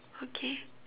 okay